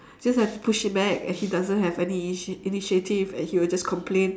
just have to push it back and he doesn't have any initia~ initiative and he will just complain